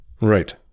Right